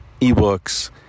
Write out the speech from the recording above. eBooks